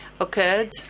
occurred